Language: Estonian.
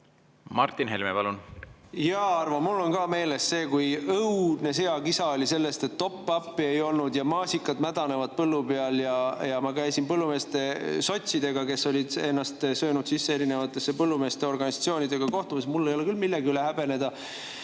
Martin Helme, palun! Jaa, Arvo, mul on ka meeles see, kui õudne seakisa oli sellest, ettop-up'i ei olnud ja maasikad mädanevad põllu peal. Ma käisin sotsidega, kes olid ennast sisse söönud erinevatesse põllumeeste organisatsioonidesse, kohtumas. Mul ei ole küll millegi üle häbeneda.